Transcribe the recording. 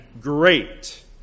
great